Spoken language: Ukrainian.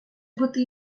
бути